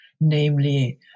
namely